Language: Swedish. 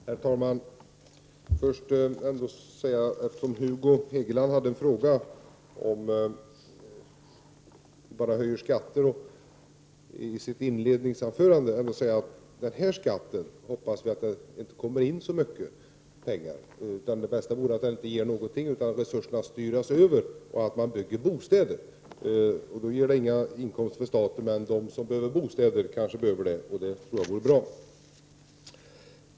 Herr talman! Först vill jag säga till Hugo Hegeland som svar på frågan i hans inledningsanförande: Den här skatten hoppas vi att vi inte får in så mycket pengar på. Det bästa vore att den inte ger någonting, utan att resurserna kan styras över till bostadsbyggande. Då ger den inga inkomster för staten, men de som behöver bostäder kanske får det och det tror jag vore bra.